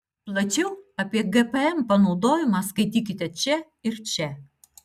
plačiau apie gpm panaudojimą skaitykite čia ir čia